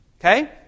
Okay